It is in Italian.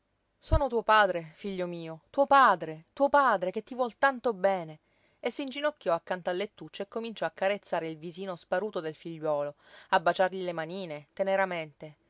sono tuo padre figlio mio tuo padre tuo padre che ti vuol tanto bene e s'inginocchiò accanto al lettuccio e cominciò a carezzare il visino sparuto del figliuolo a baciargli le manine teneramente